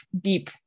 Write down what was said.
deep